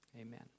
amen